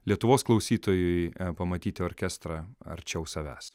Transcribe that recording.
lietuvos klausytojui pamatyti orkestrą arčiau savęs